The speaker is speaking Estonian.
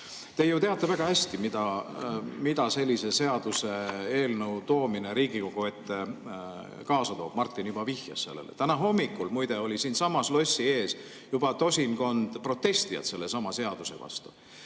Te ju teate väga hästi, mida sellise seaduseelnõu toomine Riigikogu ette kaasa toob. Martin juba vihjas sellele. Täna hommikul, muide, oli siinsamas lossi ees juba tosinkond sellesama seaduse vastu